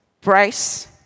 price